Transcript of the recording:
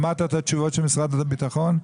שמעת את התשובות של משרד הביטחון?